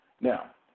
Now